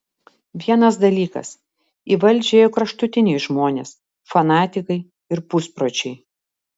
vienas dalykas į valdžią ėjo kraštutiniai žmonės fanatikai ir puspročiai